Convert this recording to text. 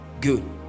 Good